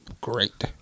great